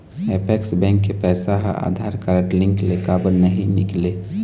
Apex bank के पैसा हा आधार कारड लिंक ले काबर नहीं निकले?